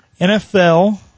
NFL